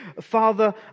Father